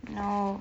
no